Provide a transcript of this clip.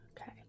Okay